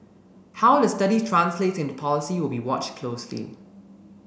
how the study translates into policy will be watched closely